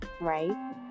Right